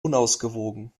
unausgewogen